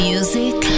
Music